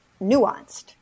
nuanced